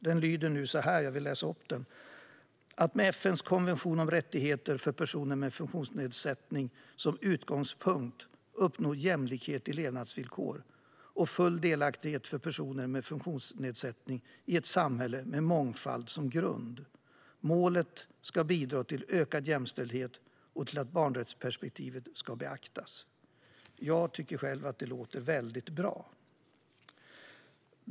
Den lyder nu så här: "Det nationella målet för funktionshinderspolitiken är att, med FN:s konvention om rättigheter för personer med funktionsnedsättning som utgångspunkt, uppnå jämlikhet i levnadsvillkor och full delaktighet för personer med funktionsnedsättning i ett samhälle med mångfald som grund. Målet ska bidra till ökad jämställdhet och till att barnrättsperspektivet ska beaktas." Jag tycker själv att det låter väldigt bra.